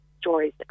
stories